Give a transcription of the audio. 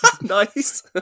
Nice